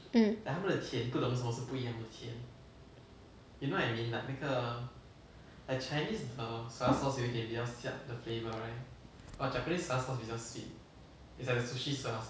mm